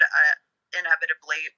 inevitably